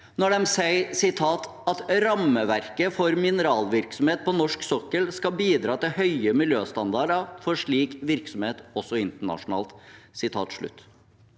når de sier at «rammeverket for mineralvirksomhet på norsk sokkel skal bidra til høye miljøstandarder for slik virksomhet også internasjonalt».